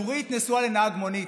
נורית נשואה לנהג מונית.